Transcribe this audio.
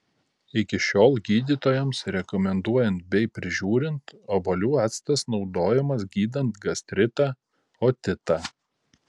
iki šiol gydytojams rekomenduojant bei prižiūrint obuolių actas naudojamas gydant gastritą otitą